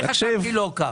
אני חשבתי לא כך,